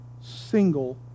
single